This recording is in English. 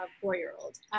four-year-old